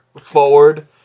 forward